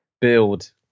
build